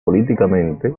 políticamente